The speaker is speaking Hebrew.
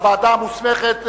הוועדה המוסמכת,